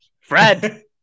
Fred